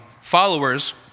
followers